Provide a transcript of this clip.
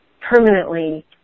permanently